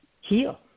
heal